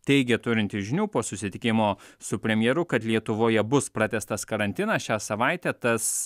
teigė turintis žinių po susitikimo su premjeru kad lietuvoje bus pratęstas karantinas šią savaitę tas